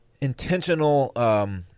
intentional—